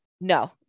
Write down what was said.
No